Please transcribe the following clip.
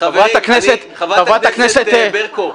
חברת הכנסת ברקו,